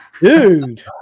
Dude